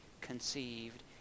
conceived